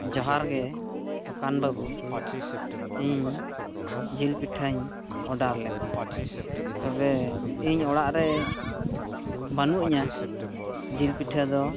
ᱡᱚᱦᱟᱨᱜᱮ ᱫᱚᱠᱟᱱ ᱵᱟ ᱵᱩ ᱤᱧ ᱡᱤᱞ ᱯᱤᱴᱷᱟᱹᱧ ᱚᱰᱟᱨ ᱞᱮᱫᱟ ᱛᱚᱵᱮ ᱤᱧ ᱚᱲᱟᱜ ᱨᱮ ᱵᱟ ᱱᱩᱜ ᱤᱧᱟ ᱡᱤᱞ ᱯᱤᱴᱷᱟᱹ ᱫᱚ